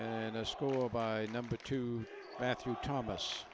and a school by number two bathroom thomas